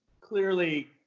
clearly